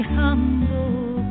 humble